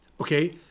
Okay